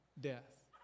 death